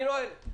אני נועל.